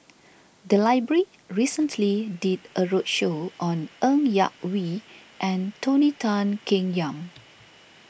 the library recently did a roadshow on Ng Yak Whee and Tony Tan Keng Yam